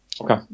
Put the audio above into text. Okay